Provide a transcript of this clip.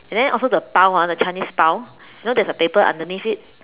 and then also the Pau ah the Chinese Pau you know there's a paper underneath it